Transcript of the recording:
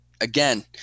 again